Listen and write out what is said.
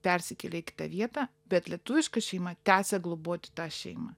persikėlė į kitą vietą bet lietuviška šeima tęsia globoti tą šeimą